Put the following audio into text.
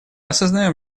осознаем